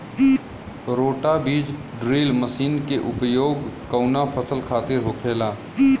रोटा बिज drill machine के उपयोग कऊना फसल खातिर होखेला?